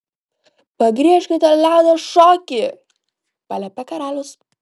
pagriežkite liaudies šokį paliepė karalius